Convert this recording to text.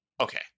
okay